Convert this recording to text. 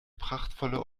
prachtvolle